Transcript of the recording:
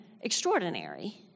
extraordinary